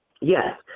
Yes